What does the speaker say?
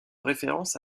référence